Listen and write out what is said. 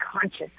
conscious